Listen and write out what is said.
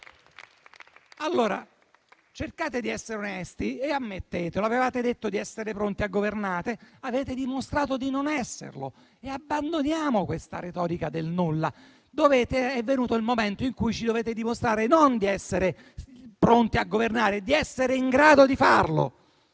Cercate di essere onesti e ammettetelo: avevate detto di essere pronti a governare, ma avete dimostrato di non esserlo. Abbandoniamo questa retorica del nulla: è venuto il momento in cui ci dovete dimostrare non di essere pronti a governare, ma di essere in grado di farlo.